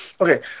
Okay